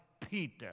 Peter